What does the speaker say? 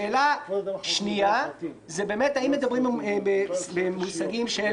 שאלה שנייה היא האם מדברים במושגים של